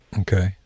Okay